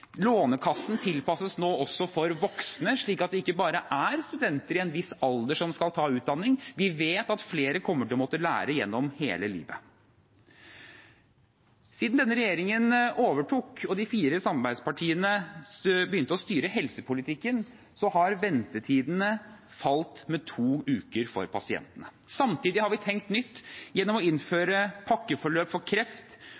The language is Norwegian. Lånekassen tilpasses nå også for voksne, slik at det ikke bare gjelder studenter i en viss alder som skal ta utdanning. Vi vet at flere kommer til å måtte lære gjennom hele livet. Siden denne regjeringen overtok og de fire samarbeidspartiene begynte å styre helsepolitikken, har ventetidene falt med to uker for pasientene. Samtidig har vi tenkt nytt gjennom å